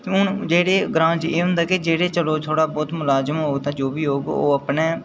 ते हून जेह्ड़े ग्राएं च एह् होंदा कि जेह्ड़े चलो थोह्ड़ा बहुत मलाजम होग तां जो बी होग तां ओह् अपने